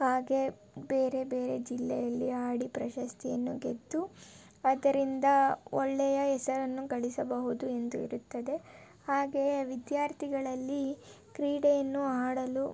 ಹಾಗೆ ಬೇರೆ ಬೇರೆ ಜಿಲ್ಲೆಯಲ್ಲಿ ಆಡಿ ಪ್ರಶಸ್ತಿಯನ್ನು ಗೆದ್ದು ಅದರಿಂದ ಒಳ್ಳೆಯ ಹೆಸರನ್ನು ಗಳಿಸಬಹುದು ಎಂದು ಇರುತ್ತದೆ ಹಾಗೆಯೇ ವಿದ್ಯಾರ್ಥಿಗಳಲ್ಲಿ ಕ್ರೀಡೆಯನ್ನು ಆಡಲು